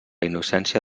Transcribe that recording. innocència